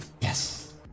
Yes